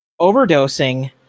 overdosing